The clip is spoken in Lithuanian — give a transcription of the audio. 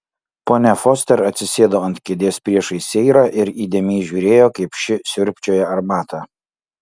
ponia foster atsisėdo ant kėdės priešais seirą ir įdėmiai žiūrėjo kaip ši siurbčioja arbatą